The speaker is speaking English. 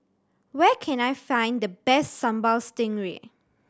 where can I find the best Sambal Stingray